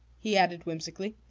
he added whimsically.